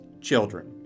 children